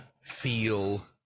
feel